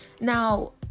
Now